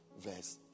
verse